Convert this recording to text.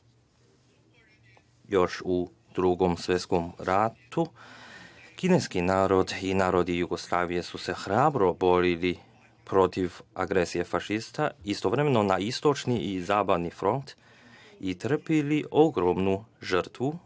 Još u Drugom svetskom ratu kineski narod i narodi Jugoslavije hrabro su se borili protiv agresije fašista, istovremeno na istočni i zapadni front i trpeli su ogromnu žrtvu,